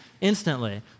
instantly